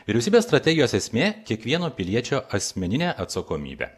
vyriausybės strategijos esmė kiekvieno piliečio asmeninė atsakomybė